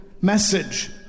message